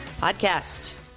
podcast